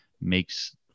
makes